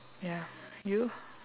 ya you